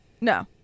no